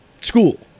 school